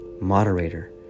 Moderator